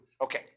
Okay